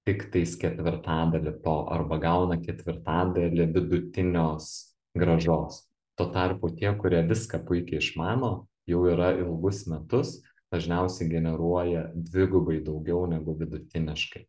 tiktais ketvirtadalį to arba gauna ketvirtadalį vidutinios grąžos tuo tarpu tie kurie viską puikiai išmano jau yra ilgus metus dažniausiai generuoja dvigubai daugiau negu vidutiniškai